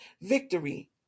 victory